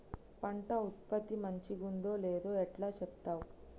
పంట ఉత్పత్తి మంచిగుందో లేదో ఎట్లా చెప్తవ్?